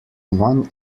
one